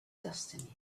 destiny